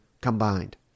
combined